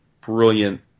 brilliant